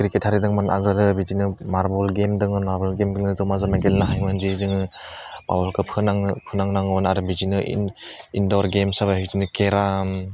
cricket हारि दंमोन आगोलहाय बिदिनो मार्बल गेम दङ मार्बल गेमखौ जमा जमि गेलेनो हायोमोन जि जोङो मार्बलखौ फोनांनो फोनांनांगौमोन आरो बिदिनो इन्डर गेमस सालाय बिदिनो केराम